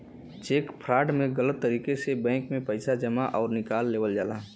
check fraud में गलत तरीके से बैंक में पैसा जमा आउर निकाल लेवल जाला